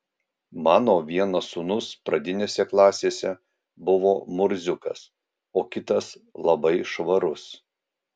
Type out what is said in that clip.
mano vienas sūnus pradinėse klasėse buvo murziukas o kitas labai švarus